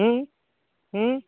ହୁଁ ହୁଁ